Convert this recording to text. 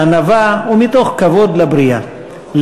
בענווה ומתוך כבוד לבריאה,